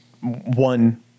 one